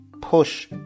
Push